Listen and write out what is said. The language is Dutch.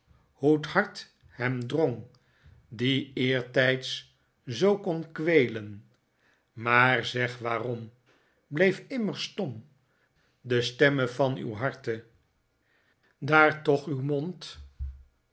hart hern drong die eertijds zoo kon kweelen maar zeg waarom bleef imnner stom de stemme van uw harte daar toch uw mond